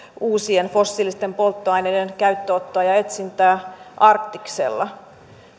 uusien fossiilisten polttoaineiden käyttöönottoa ja etsintää arktiksella